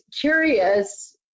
curious